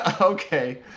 Okay